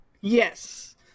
Yes